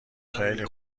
خیلی